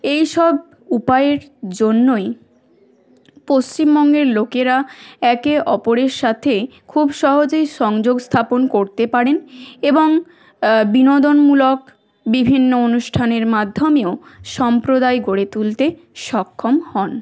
এইসব উপায়ের জন্যই পশ্চিমবঙ্গের লোকেরা একে অপরের সাথে খুব সহজেই সংযোগ স্থাপন করতে পারেন এবং বিনোদনমূলক বিভিন্ন অনুষ্ঠানের মাধ্যমেও সম্প্রদায় গড়ে তুলতে সক্ষম হন